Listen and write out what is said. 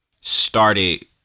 started